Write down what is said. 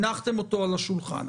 הנחתם אותו על השולחן.